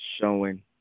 showing